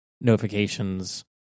notifications